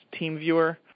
TeamViewer